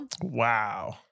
Wow